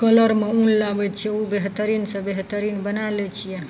कलरमे ऊन लाबय छियै उ बेहतरीन सँ बेहतरीन बना लै छियै